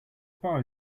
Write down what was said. borrow